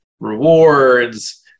rewards